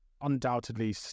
undoubtedly